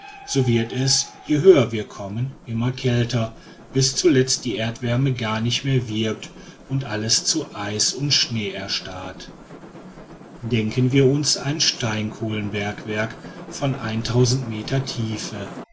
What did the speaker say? so wird es je höher wir kommen immer kälter bis zuletzt die erdwärme gar nicht mehr wirkt und alles zu eis und schnee erstarrt denken wir uns ein steinkohlenbergwerk von eintausend meter tiefe